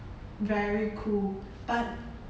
very cool but